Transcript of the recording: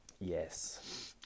Yes